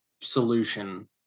solution